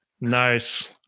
nice